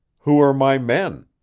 who are my men?